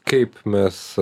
kaip mes